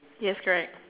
yes correct